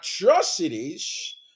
atrocities